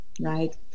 right